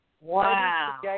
Wow